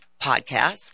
Podcast